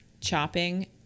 chopping